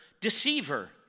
deceiver